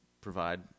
provide